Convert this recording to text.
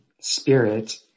spirit